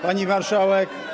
Pani Marszałek!